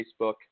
Facebook